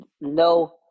No